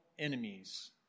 enemies